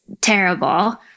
terrible